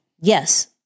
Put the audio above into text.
yes